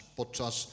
podczas